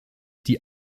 die